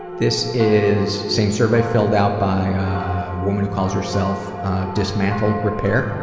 this is same survey filled out by a woman who calls herself dismantle repair.